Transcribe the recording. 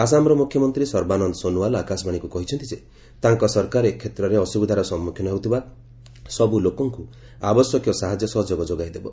ଆସାମର ମୁଖ୍ୟମନ୍ତ୍ରୀ ସର୍ବାନନ୍ଦ ସୋନୁଓ୍ବାଲ ଆକାଶବାଣୀକୁ କହିଛନ୍ତି ଯେ ତାଙ୍କ ସରକାର ଏ କ୍ଷେତ୍ରରେ ଅସୁବିଧାର ସମ୍ମୁଖୀନ ହେଉଥିବା ସବୁ ଲୋକଙ୍କୁ ଆବଶ୍ୟକୀୟ ସାହାଯ୍ୟ ସହଯୋଗ ଯୋଗାଇଦେବ